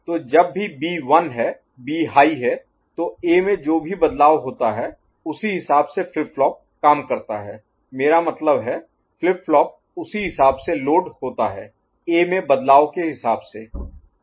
तो जब बी 1 है बी हाई है तो ए में जो भी बदलाव होता है उसी हिसाब से फ्लिप फ्लॉप काम करता है मेरा मतलब है फ्लिप फ्लॉप उसी हिसाब से लोड होता है ए में बदलाव के हिसाब से